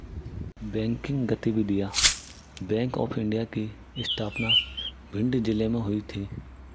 banking गतिविधियां Bank of India की स्थापना भिंड जिले में हुई थी